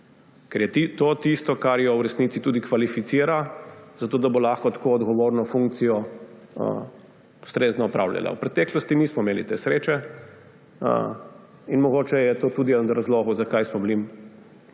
ker je to tisto, kar jo v resnici tudi kvalificira, zato da bo lahko tako odgovorno funkcijo ustrezno opravljala. V preteklosti nismo imeli te sreče. In mogoče je to tudi eden od razlogov, zakaj smo bili